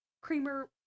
creamer